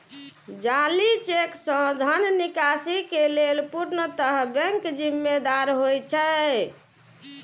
जाली चेक सं धन निकासी के लेल पूर्णतः बैंक जिम्मेदार होइ छै